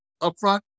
upfront